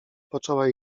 poczęła